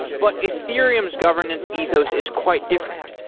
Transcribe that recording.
but ethereum's governance ethos is quite different.